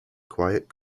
quiet